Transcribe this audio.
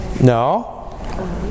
No